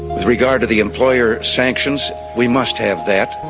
with regard to the employer sanctions, we must have that.